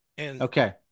Okay